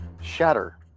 Shatter